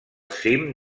cim